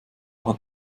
hat